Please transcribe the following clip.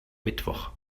mittwoch